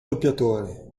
doppiatore